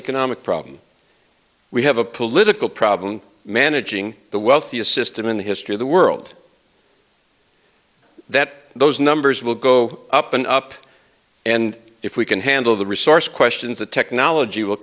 economic problem we have a political problem managing the wealthiest system in the history of the world that those numbers will go up and up and if we can handle the resource questions the technology will